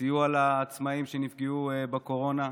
סיוע לעצמאים שנפגעו בקורונה.